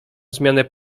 zmianę